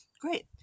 great